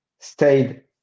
stayed